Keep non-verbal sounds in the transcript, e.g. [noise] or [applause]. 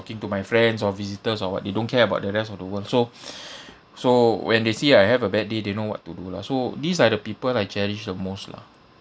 talking to my friends or visitors or what they don't care about the rest of the world so [breath] so when they see I have a bad day they know what to do lah so these are the people I cherish the most lah